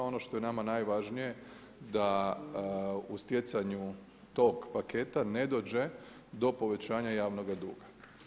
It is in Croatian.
Ono što je nama najvažnije da u stjecanju tog paketa ne dođe do povećanja javnoga duga.